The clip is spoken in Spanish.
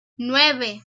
nueve